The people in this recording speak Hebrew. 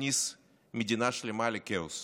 להכניס מדינה שלמה לכאוס,